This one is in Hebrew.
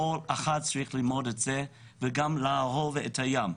כל אחד צריך ללמוד את זה וגם לאהוב את הים.